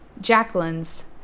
Jacqueline's